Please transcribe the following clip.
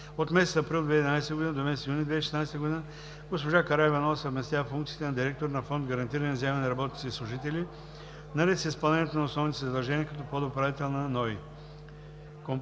От месец април 2011 г. до месец юни 2016 г. госпожа Караиванова съвместява функциите на директор на фонд „Гарантирани вземания на работници и служители“, наред с изпълнението на основните си задължения като подуправител на НОИ.